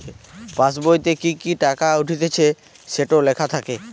পাসবোইতে কি কি টাকা উঠতিছে সেটো লেখা থাকে